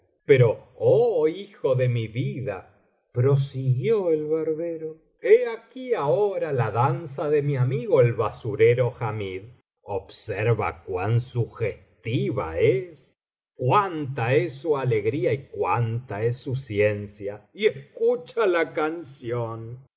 pero oh hijo ele mi vida prosiguió el barbero he aquí ahora la danza de mi amigo el basurero hamid observa cuan sugestiva es cuánta es su alegría y cuánta es su ciencia y escucha la canción